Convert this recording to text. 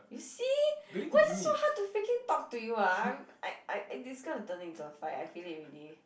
you see why's it so hard to freaking talk to you ah I I I this gonna turn into a fight I feel it already